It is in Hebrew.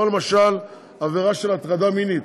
למשל עבירה של הטרדה מינית,